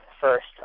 first